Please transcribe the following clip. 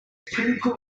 people